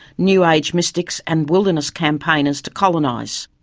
new age mystics and wilderness campaigners to colonise.